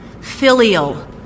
filial